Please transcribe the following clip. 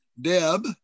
deb